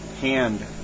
hand